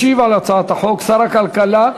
ישיב על הצעת החוק שר הכלכלה.